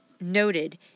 noted